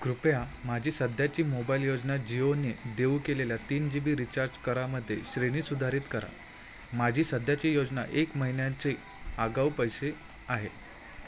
कृपया माझी सध्याची मोबाईल योजना जिओने देऊ केलेल्या तीन जी बी रिचार्ज करामध्ये श्रेणी सुधारित करा माझी सध्याची योजना एक महिन्यांचे आगाऊ पैसे आहे